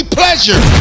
pleasure